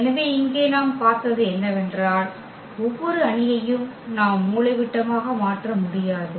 எனவே இங்கே நாம் பார்த்தது என்னவென்றால் ஒவ்வொரு அணியையும் நாம் மூலைவிட்டமாக மாற்ற முடியாது